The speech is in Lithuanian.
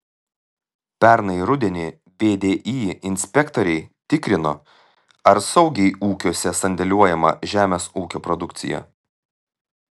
pernai rudenį vdi inspektoriai tikrino ar saugiai ūkiuose sandėliuojama žemės ūkio produkcija